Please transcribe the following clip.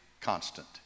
constant